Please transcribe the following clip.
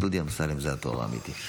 דודי אמסלם זה התואר האמיתי.